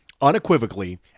unequivocally